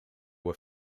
were